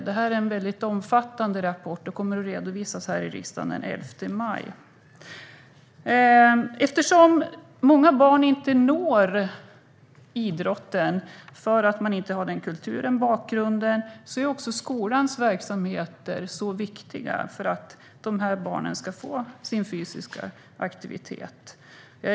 Det är en väldigt omfattande rapport som kommer att redovisas i riksdagen den 11 maj. Eftersom många barn inte når idrotten därför att de inte har den kulturen och bakgrunden är skolans verksamheter mycket viktiga för att barnen ska få fysisk aktivitet.